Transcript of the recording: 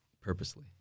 purposely